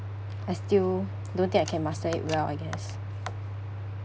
I still don't think I can master it well I guess